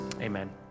Amen